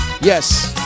Yes